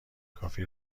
کافی